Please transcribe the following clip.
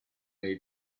dei